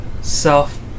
self